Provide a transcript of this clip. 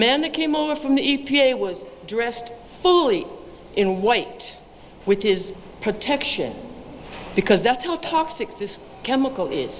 man that came over from the e p a was dressed in white with his protection because that's how toxic this chemical is